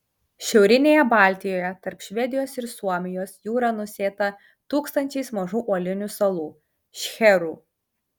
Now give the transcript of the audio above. šiaurinėje baltijoje tarp švedijos ir suomijos jūra nusėta tūkstančiais mažų uolinių salų šcherų